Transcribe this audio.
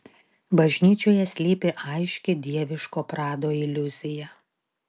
bažnyčioje slypi aiški dieviško prado iliuzija